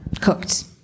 cooked